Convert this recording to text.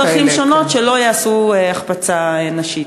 ושלל דרכים שונות שלא יעשו החפצה נשית.